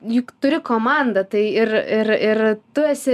juk turi komandą tai ir ir ir tu esi